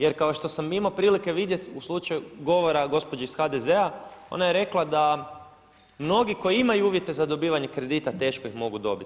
Jer kao što sam imao prilike vidjeti u slučaju govora gospođe iz HDZ-a ona je rekla da mnogi koji imaju uvjete za dobivanje kredita teško ih mogu dobiti.